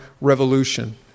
revolution